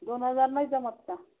दोन हजार नाही जमत का